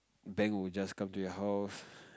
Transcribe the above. bank will just come to your house